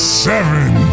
seven